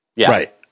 Right